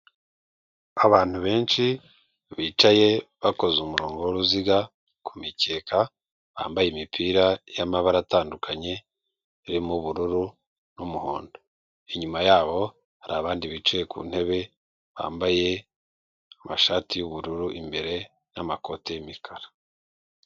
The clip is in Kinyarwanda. Abantu benshi bicaye bakoze umurongo w'uruziga kumikeka bambaye imipira y'amabara atandukanye, irimo ubururu n'umuhondo, inyuma yaboho hari abandi bicaye ku ntebe bambaye amashati y'ubururu imbere n'amakoti y'umukara.